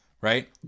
right